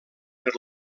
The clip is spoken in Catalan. per